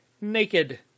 naked